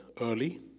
early